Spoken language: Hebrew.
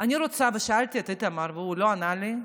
אני רוצה, ושאלתי את איתמר והוא לא ענה לי,